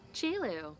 Chilu